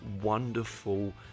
wonderful